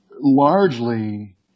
largely